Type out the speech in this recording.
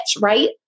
right